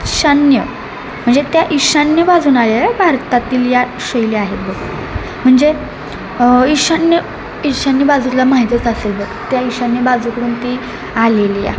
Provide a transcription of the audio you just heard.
ईशान्य म्हणजे त्या ईशान्य बाजूनं आलेल्या आहे भारतातील या शैली आहेत बघ म्हणजे ईशान्य ईशान्य बाजूला माहितीच असेल बघ त्या ईशान्य बाजूकडून ती आलेली आहे